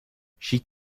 she